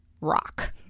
rock